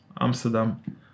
Amsterdam